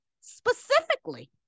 specifically